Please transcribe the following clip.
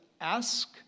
ask